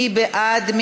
מי בעד?